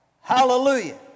Hallelujah